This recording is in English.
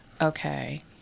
okay